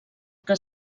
que